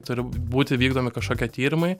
turi būti vykdomi kažkokie tyrimai